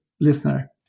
listener